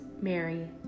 Mary